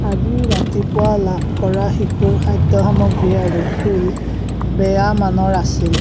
আজি ৰাতিপুৱা লাভ কৰা শিশুৰ খাদ্য সামগ্ৰী আৰু ফুল বেয়া মানৰ আছিল